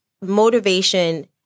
motivation